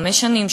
חמש שנים,